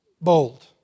bold